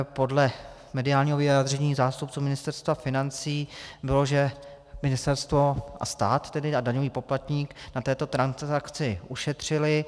Podle mediálního vyjádření zástupců Ministerstva financí bylo, že ministerstvo a stát tedy a daňový poplatník na této transakci ušetřili.